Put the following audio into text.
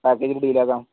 package ഡീലാക്കാം